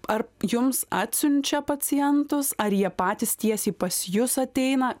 ar jums atsiunčia pacientus ar jie patys tiesiai pas jus ateina